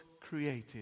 created